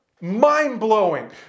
Mind-blowing